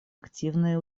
активные